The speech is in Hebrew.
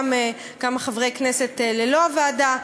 גם כמה חברי כנסת ללא הוועדה,